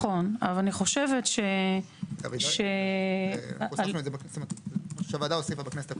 הוספנו את זה, מה שהוועדה הוסיפה בכנסת הקודמת.